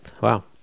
Wow